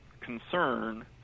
concern